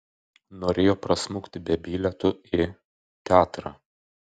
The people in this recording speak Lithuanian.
norėjo prasmukti be bilietų į teatrą